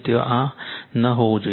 આ ત્યાં ન હોવું જોઈએ